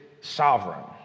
sovereign